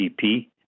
GDP